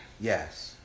Yes